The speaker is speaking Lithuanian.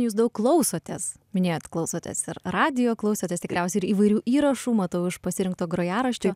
jūs daug klausotės minėjot klausotės ir radijo klausotės tikriausiai ir įvairių įrašų matau iš pasirinkto grojaraščio